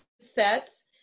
sets